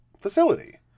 facility